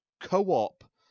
co-op